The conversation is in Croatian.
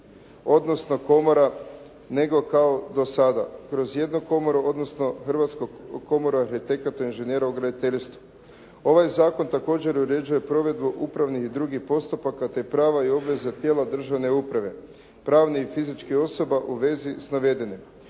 odnosno komora nego kao do sada kroz jednu komoru odnosno Hrvatsku komoru arhitekata i inženjera u graditeljstvu. Ovaj zakon također uređuje provedbu upravnih i drugih postupaka te prava i obaveze tijela državne uprave, pravnih i fizičkih osoba u vezi s navedenim.